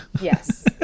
Yes